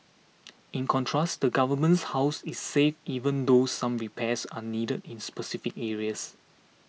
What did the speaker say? in contrast the government's house is safe even though some repairs are needed in specific areas